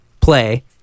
play